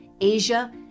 Asia